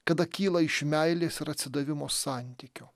kada kyla iš meilės ir atsidavimo santykio